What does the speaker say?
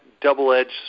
double-edged